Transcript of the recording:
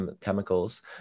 chemicals